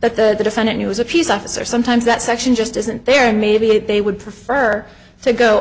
that the defendant has a peace officer sometimes that section just isn't there and maybe they would prefer to go